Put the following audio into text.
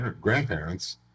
grandparents